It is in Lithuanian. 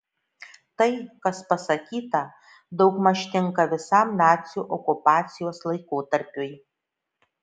tai kas pasakyta daugmaž tinka visam nacių okupacijos laikotarpiui